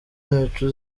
yacu